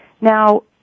Now